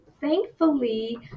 thankfully